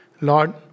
Lord